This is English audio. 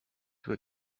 too